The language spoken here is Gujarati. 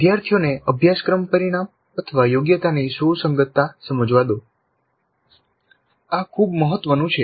વિદ્યાર્થીઓને અભ્યાસક્રમ પરિણામયોગ્યતાની સુસંગતતા સમજવા દો આ ખૂબ મહત્વનું છે